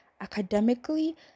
academically